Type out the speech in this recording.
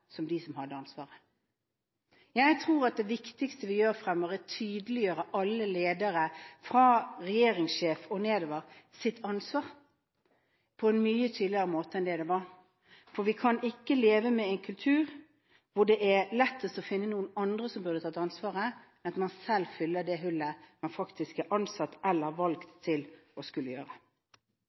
ansvaret. Jeg tror det viktigste vi gjør fremover, er å tydeliggjøre alle lederes ansvar – fra regjeringssjef og nedover – på en mye tydeligere måte enn før, for vi kan ikke leve med en kultur der det er lettest å finne noen andre som burde tatt ansvaret. Man må selv fylle det hullet, slik man faktisk er ansatt eller valgt til å gjøre.